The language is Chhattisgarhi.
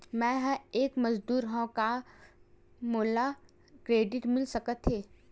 मैं ह एक मजदूर हंव त का मोला क्रेडिट मिल सकथे?